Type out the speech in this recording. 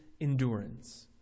endurance